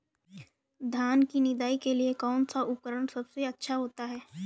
धान की निदाई के लिए कौन सा उपकरण सबसे अच्छा होता है?